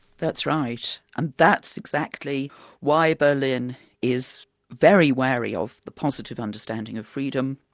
that's right. and that's exactly why berlin is very wary of the positive understanding of freedom,